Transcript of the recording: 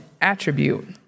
attribute